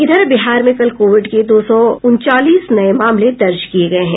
इधर बिहार में कल कोविड के दो सौ उनचालीस नये मामले दर्ज किये गये हैं